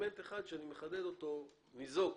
סגמנט אחד, שאני מחדד אותו, שניזוק.